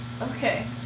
Okay